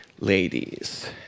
ladies